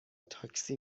تاکسی